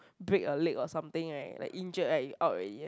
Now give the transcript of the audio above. break a leg or something right like injured right you out